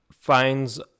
finds